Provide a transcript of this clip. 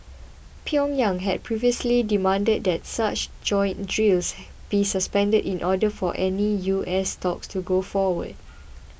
Pyongyang had previously demanded that such joint drills be suspended in order for any U S talks to go forward